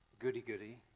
goody-goody